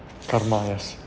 karma yes